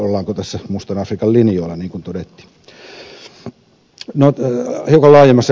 ollaanko tässä mustan afrikan linjoilla niin kuin todettiin